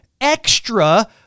extra